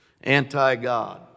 Anti-God